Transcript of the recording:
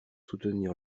soutenir